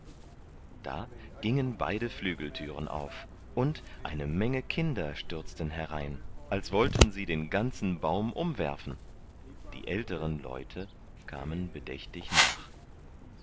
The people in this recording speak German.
da gingen beide flügelthüren auf und eine menge kinder stürzten herein als wollten sie den ganzen baum umwerfen die älteren leute kamen bedächtig nach